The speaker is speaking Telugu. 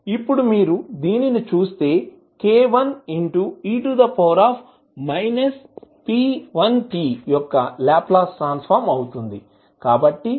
ఇప్పుడు మీరు దీనిని చూస్తే k1e p1t యొక్క లాప్లాస్ ట్రాన్స్ ఫార్మ్ అవుతుంది